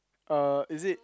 uh is it